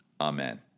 Amen